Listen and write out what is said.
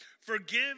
Forgive